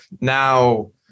Now